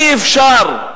אי-אפשר.